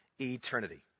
eternity